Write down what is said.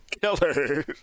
Killers